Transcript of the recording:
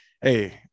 hey